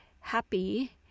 happy